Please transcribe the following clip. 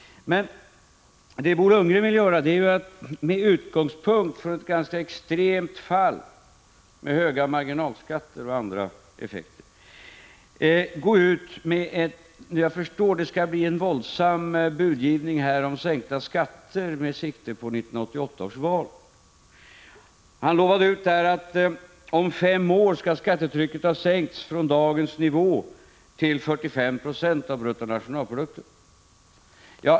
Men vad Bo Lundgren vill göra är att med utgångspunkt från ett ganska extremt fall med hög marginalskatt och andra effekter ga ut med en våldsam budgivning om sänkta skatter med sikte på 1988 års val. Han lovade ut att om fem år skall skattetrycket ha sänkts från dagens nivå till 45 2 av bruttonationalprodukten.